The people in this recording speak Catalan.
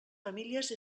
famílies